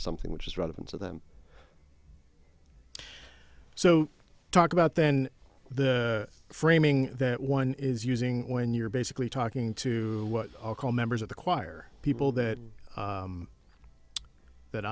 of something which is relevant to them so talk about then the framing that one is using when you're basically talking to what i'll call members of the choir people that that